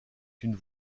une